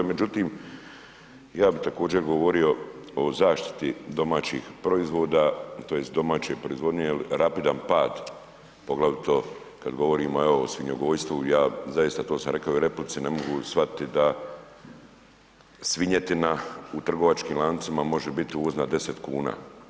Međutim, ja bih također govorio o zaštiti domaćih proizvoda, tj. domaće proizvodnje jer rapidan pad, poglavito kada govorimo evo o svinjogojstvu, ja zaista to sam rekao i u replici ne mogu shvatiti da svinjetina u trgovačkim lancima može biti uvoza 10 kuna.